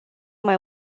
mai